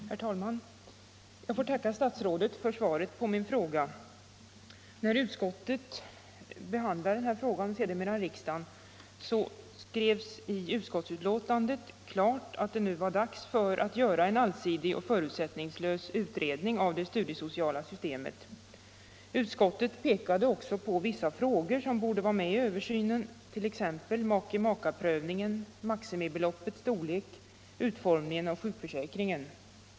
Herr talman! Jag får tacka statsrådet för svaret på min fråga. Vid behandlingen av ärendet uttalade utskottet i betänkandet att det nu var dags att göra en allsidig och förutsättningslös utredning av det studiesociala systemet. Utskottet pekade också på vissa frågor som borde tas med vid översynen, t.ex. make-maka-prövningen, maximibeloppets storlek och utformningen av sjukförsäkringen.